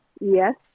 Yes